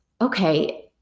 Okay